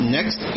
Next